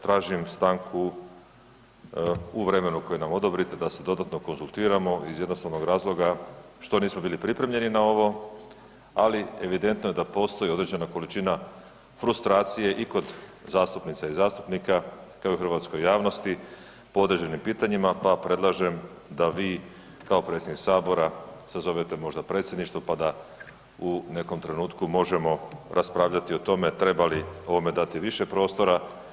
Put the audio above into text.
Tražim stanku u vremenu koje nam odobrite da se dodatno konzultiramo iz jednostavnog razloga što nismo bili pripremljeni na ovo, ali evidentno je da postoji određena količina frustracije i kod zastupnica i zastupnika, kao i u hrvatskoj javnosti, po određenim pitanjima, pa predlažem da vi kao predsjednik sabora sazovete možda predsjedništvo, pa da u nekom trenutku možemo raspravljati o tome treba li ovome dati više prostora.